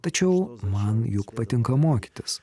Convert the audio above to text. tačiau man juk patinka mokytis